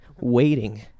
Waiting